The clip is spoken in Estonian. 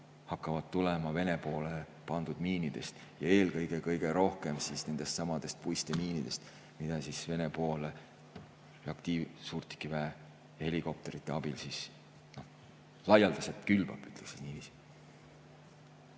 hakkaksid tulema Vene poole pandud miinidest, ja eelkõige, kõige rohkem nendestsamadest puistemiinidest, mida Vene pool reaktiivsuurtükiväe ja helikopterite abil siis laialdaselt külvaks. Ütleksin niiviisi.